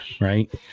right